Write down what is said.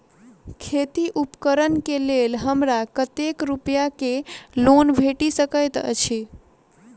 खेती उपकरण केँ लेल हमरा कतेक रूपया केँ लोन भेटि सकैत अछि?